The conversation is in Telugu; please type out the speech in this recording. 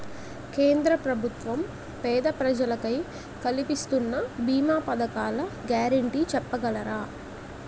కేంద్ర ప్రభుత్వం పేద ప్రజలకై కలిపిస్తున్న భీమా పథకాల గ్యారంటీ చెప్పగలరా?